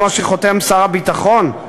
כמו שחותם שר הביטחון?